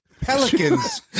Pelicans